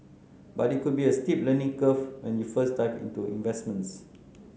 but it could be a steep learning curve when you first dive into investments